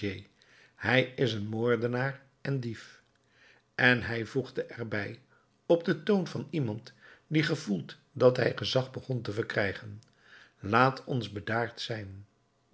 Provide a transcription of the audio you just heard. hij is een moordenaar en dief en hij voegde er bij op den toon van iemand die gevoelt dat hij gezag begon te verkrijgen laat ons bedaard zijn